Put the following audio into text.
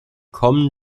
kommen